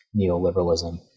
neoliberalism